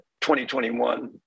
2021